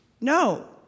No